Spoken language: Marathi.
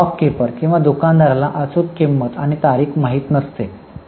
तर स्टॉक कीपर किंवा दुकानदाराला अचूक किंमत आणि तारीख माहित नसते